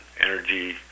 energy